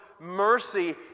mercy